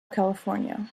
california